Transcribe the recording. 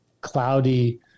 cloudy